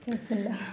जासिगोनदां